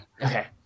okay